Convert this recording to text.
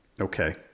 Okay